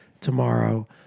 tomorrow